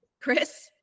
Chris